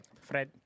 Fred